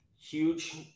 huge